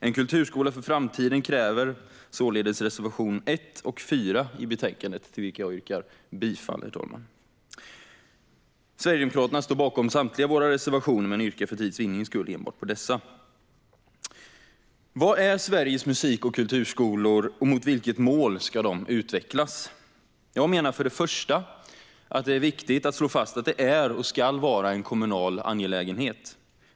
En kulturskola för framtiden kräver således reservationerna 1 och 4 i betänkandet, till vilka jag yrkar bifall. Vi sverigedemokrater står bakom samtliga våra reservationer, men för tids vinnande yrkar jag bifall enbart till dessa. Vad är då Sveriges musik och kulturskolor, och mot vilket mål ska de utvecklas? Jag menar först och främst att det är viktigt att slå fast att de är och ska vara en kommunal angelägenhet.